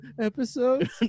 episode